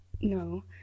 No